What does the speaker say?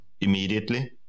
immediately